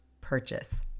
purchase